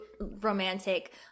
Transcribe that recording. romantic